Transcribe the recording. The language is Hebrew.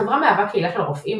החברה מהווה קהילה של רופאים,